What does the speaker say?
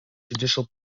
judicial